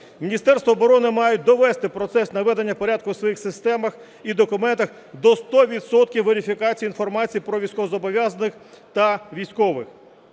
Міністерство оборони мають довести процес наведення порядку у своїх системах і документах до ста відсотків верифікації інформації про військовозобов'язаних та військових.